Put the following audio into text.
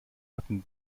hatten